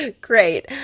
Great